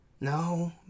No